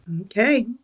Okay